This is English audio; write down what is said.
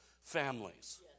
families